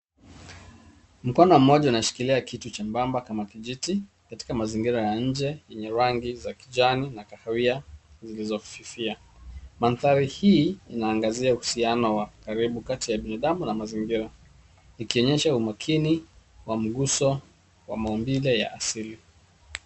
Mkono mmoja unashikilia kitu chembamba kama kijiti katika mazingira ya nje yenye rangi za kijani na kahawia zilizofifia mandhari hii inaangazia uhusiano wa karibu kati ya binadamu na mazingira ikionyesha umakini wa mguso wa maumbile ya asili.